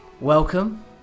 welcome